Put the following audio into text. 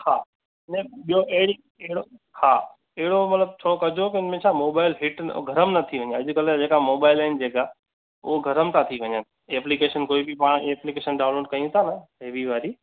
हा ने ॿियो अहिड़ी अहिड़ो हा अहिड़ो मतिलब थोरो कजो के हिनमें छा मोबाइल हिट न गरम न थी वञे अॼकल्ह जेका मोबाइल आहिनि जेका हो गरम था थी वञनि एप्लीकेशन कोई बि पाण एप्लीकेशन डाउनलोड कयूं था हेवी वारी